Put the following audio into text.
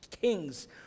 kings